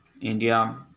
India